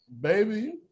baby